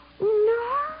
No